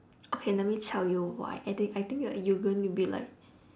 okay let me tell you why I think I think you're you gonna be like